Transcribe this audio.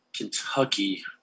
Kentucky